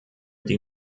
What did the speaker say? die